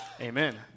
Amen